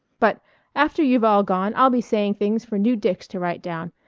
but after you've all gone i'll be saying things for new dicks to write down,